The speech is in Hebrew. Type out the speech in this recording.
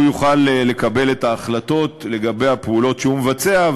יוכל לקבל את ההחלטות לגבי הפעולות שהוא מבצע,